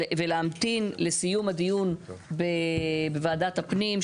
ולהמתין לסיום הדיון בוועדת הפנים,